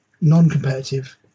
non-competitive